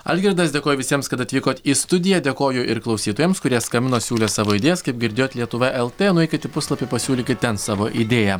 algirdas dėkoju visiems kad atvykot į studiją dėkoju ir klausytojams kurie skambino siūlė savo idėjas kaip girdėjot lietuva lt nueikit į puslapį pasiūlykit ten savo idėją